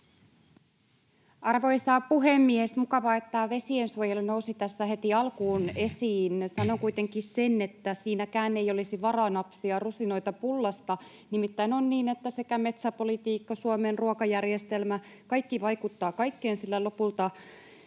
Arvoisa puhemies! Mukavaa, että tämä vesiensuojelu nousi tässä heti alkuun esiin. Sanon kuitenkin, että siinäkään ei olisi varaa napsia rusinoita pullasta, nimittäin on niin, että metsäpolitiikka ja Suomen ruokajärjestelmä, kaikki, vaikuttaa kaikkeen, sillä lopulta